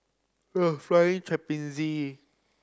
Flying Trapeze